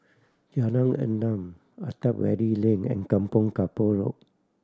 Jalan Enam Attap Valley Lane and Kampong Kapor Road